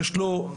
יש לו,